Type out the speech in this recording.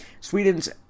Sweden's